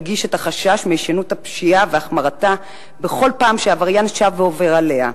הדגיש את החשש מהישנות הפשיעה והחמרתה בכל פעם שעבריין שב ועובר עליה.